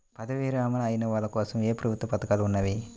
పదవీ విరమణ అయిన వాళ్లకోసం ఏ ప్రభుత్వ పథకాలు ఉన్నాయి?